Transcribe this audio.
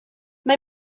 mae